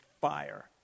fire